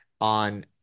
on